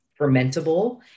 fermentable